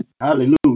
Hallelujah